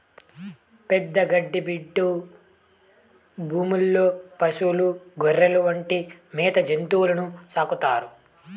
పెద్ద గడ్డి బీడు భూముల్లో పసులు, గొర్రెలు వంటి మేత జంతువులను సాకుతారు